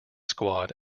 squad